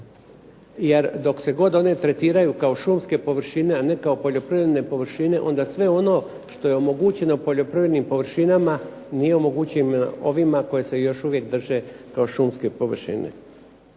Jer dok se god one tretiraju kao šumske površine, a ne kao poljoprivredne površine onda sve ono što je omogućeno poljoprivrednim površinama nije omogućeno ovima koji se još uvijek drže kao šumske površine.